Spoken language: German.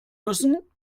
müssen